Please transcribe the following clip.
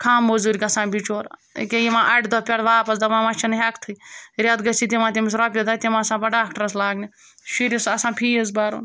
کھہہ مٔزوٗرۍ گژھان بِچور ییٚکیٛاہ یِوان اَڑٕ دۄہ پٮ۪ٹھ واپَس دَپان وَنۍ چھَنہٕ ہٮ۪کتھٕے رٮ۪تھ گٔژِتھ دِوان تٔمِس رۄپیہِ دَہ تِم آسان پَتہٕ ڈاکٹَرَس لاگنہِ شُرِس آسان فیٖس بَرُن